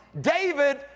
David